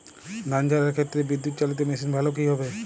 ধান ঝারার ক্ষেত্রে বিদুৎচালীত মেশিন ভালো কি হবে?